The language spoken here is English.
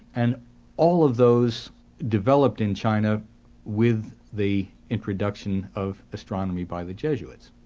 and all of those developed in china with the introduction of astronomy by the jesuits.